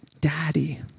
daddy